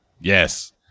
Yes